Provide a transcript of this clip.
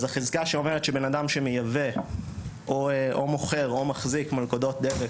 אז החזקה שאומרת שבן אדם שמייבא או מוכר או מחזיק מלכודות דבק,